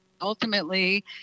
Ultimately